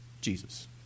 Jesus